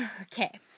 Okay